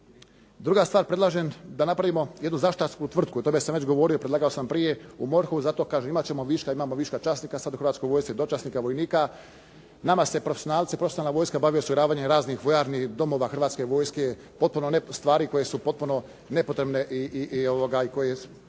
Druga stvar, predlažem da napravimo jednu zaštitarsku tvrtku i o tome sam već govorio, predlagao sam prije u MORH-u. Zato kažem, imat ćemo viška, imamo viška časnika, sad u Hrvatskoj vojsci dočasnika vojnika. Nama se profesionalci, profesionalna vojska bavi osiguravanjem raznih vojarni, domova Hrvatske vojske, stvari koje su potpuno nepotrebne i koje